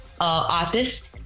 artist